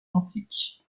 antiques